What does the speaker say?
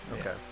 Okay